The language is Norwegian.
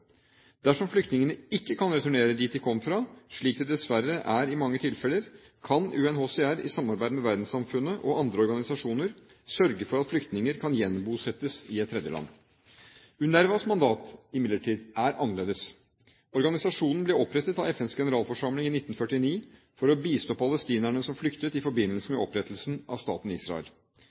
Dersom flyktningene ikke kan returnere dit de kom fra, slik det dessverre er i mange tilfeller, kan UNHCR, i samarbeid med verdenssamfunnet og andre organisasjoner, sørge for at flyktninger kan gjenbosettes i et tredjeland. UNRWAs mandat, imidlertid, er annerledes. Organisasjonen ble opprettet av FNs generalforsamling i 1949 for å bistå palestinerne som flyktet i forbindelse med opprettelsen av staten Israel.